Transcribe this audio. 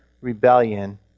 rebellion